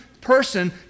person